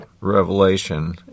Revelation